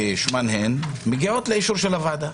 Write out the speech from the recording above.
כשמן הן מגיעות לאישור של הוועדה.